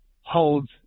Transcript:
holds